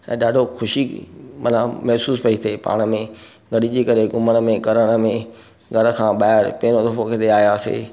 ऐं ॾाढो ख़ुशी माना महसूसु पई थिए पाण में गॾिजी करे घुमण में करण में घर खां ॿाहिरि पहिरियों दफ़ो किथे आयासी